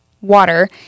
water